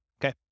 Okay